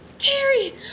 Terry